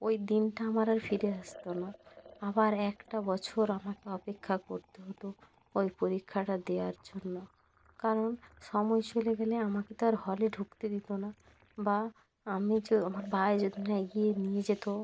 ওই দিনঠা আমার আর ফিরে আসতো না আবার একটা বছর আমাকে অপেক্ষা করতে হতো ওই পরীক্ষাটা দেওয়ার জন্য কারণ সময় চলে গেলে আমাকে তো আর হলে ঢুকতে দিতো না বা আমি যো আমার ভাই যদি না এগিয়ে নিয়ে যেতো